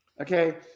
okay